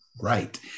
right